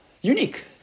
unique